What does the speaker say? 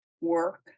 work